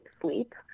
sleep